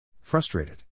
Frustrated